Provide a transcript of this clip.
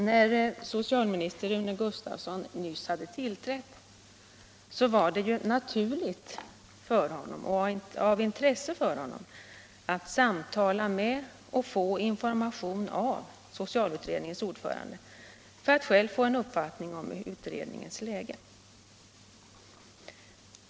När socialminister Rune Gustavsson nyss hade tillträtt var det naturligt att av intresse för honom själv samtala med och få information av socialutredningens ordförande för att själv få en uppfattning om utredningens läge.